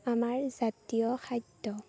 আমাৰ জাতীয় খাদ্য